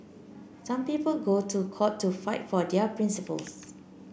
some people go to court to fight for their principles